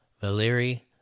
Valery